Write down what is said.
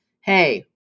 hey